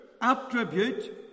attribute